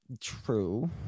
true